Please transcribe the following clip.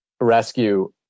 rescue